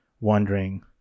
wondering